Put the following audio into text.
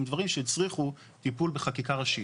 עם דברים שהצריכו טיפול בחקיקה ראשית.